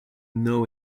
know